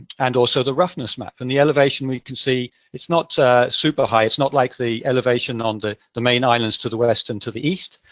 and also the roughness map. and the elevation, we can see, it's not super high, it's not like the elevation on the the main islands to the west and to the east,